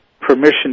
permission